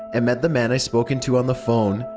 and met the man i'd spoken to on the phone.